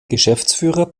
geschäftsführer